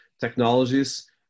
technologies